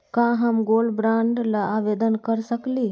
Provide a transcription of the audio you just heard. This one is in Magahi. का हम गोल्ड बॉन्ड ल आवेदन कर सकली?